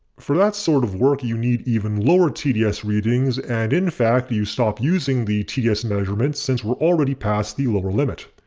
for that sort of work you need even lower tds readings and in fact you stop using the tds and measurement since we're already past the lower limit.